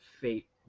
Fate